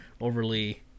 overly